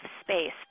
space